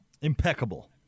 Impeccable